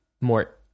more